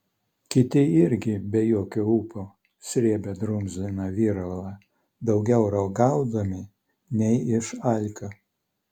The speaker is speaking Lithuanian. kiti irgi be jokio ūpo srėbė drumzliną viralą daugiau ragaudami nei iš alkio